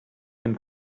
and